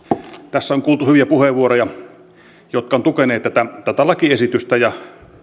tässä on kuultu hyviä puheenvuoroja jotka ovat tukeneet tätä tätä lakiesitystä ja